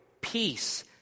peace